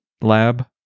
lab